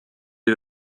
est